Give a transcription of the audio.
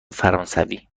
فرانسوی